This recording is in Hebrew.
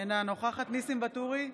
אינה נוכחת ניסים ואטורי,